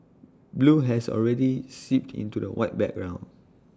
blue has already seeped into the white background